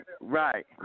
Right